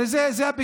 הרי זאת הביקורת.